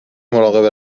مراقب